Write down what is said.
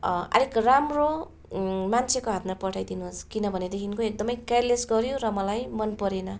अलिक राम्रो मान्छेको हातमा पठाइदिनुहोस् किनभने देखिको एकदमै केयरलेस गर्यो र मलाई मन परेन